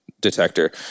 detector